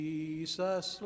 Jesus